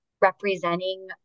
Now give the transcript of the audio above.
representing